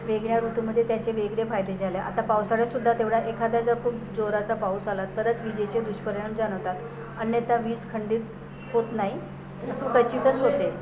वेगळ्या ऋतूमध्ये त्याचे वेगळे फायदे झाले आता पावसाळ्यात सुद्धा तेवढा एखाद्या जर खूप जोराचा पाऊस आला तरच विजेचे दुष्परिणाम जाणवतात अन्यथा वीज खंडित होत नाही असं क्वचितच होते